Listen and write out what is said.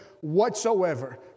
whatsoever